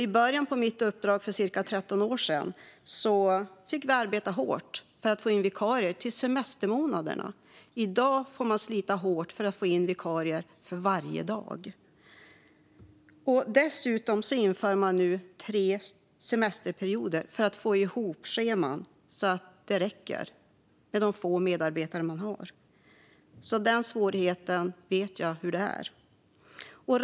I början av mitt uppdrag, för cirka 13 år sedan, fick vi arbeta hårt för att få in vikarier under semestermånaderna. I dag får man slita hårt för att få in vikarier varje dag. Dessutom inför man nu tre semesterperioder för att få ihop scheman så att de få medarbetare man har räcker. Jag vet alltså hur det är med den svårigheten.